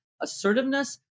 assertiveness